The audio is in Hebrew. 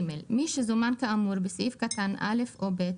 מי שזומן כאמור בסעיף קטן (א) או (ב),